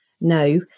No